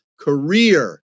career